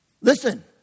Listen